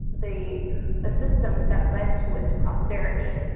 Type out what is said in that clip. the the systems that led to its prosperity.